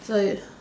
so you